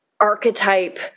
archetype